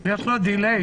יש לו דיליי.